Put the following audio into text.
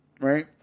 Right